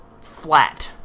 flat